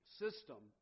system